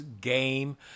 game